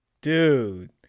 dude